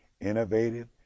Innovative